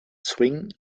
swing